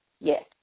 Yes